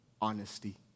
honesty